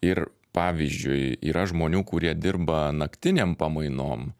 ir pavyzdžiui yra žmonių kurie dirba naktinėm pamainom